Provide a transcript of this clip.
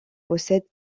possède